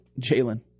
Jalen